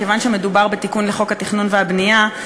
מכיוון שמדובר בתיקון לחוק התכנון והבנייה,